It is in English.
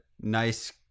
nice